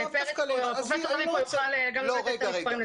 ופרופ' לביא יוכל גם להביא את המספרים,